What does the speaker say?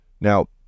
Now